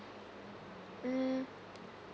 mm